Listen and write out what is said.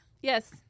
Yes